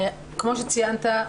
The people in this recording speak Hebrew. כמו שציינת,